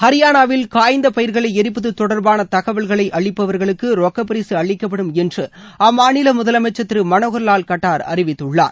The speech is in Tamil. ஹரியானாவில் காய்ந்த பயிர்களை எரிப்பது தொடர்பாள தகவல்களை அளிப்பவர்களுக்கு ரொக்கப்பரிசு அளிக்கப்படும் என்று அம்மாநில முதலமைச்சர் திரு மனோகர் லால் கட்டார் அறிவித்துள்ளார்